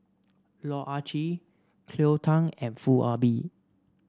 Loh Ah Chee Cleo Thang and Foo Ah Bee